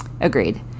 Agreed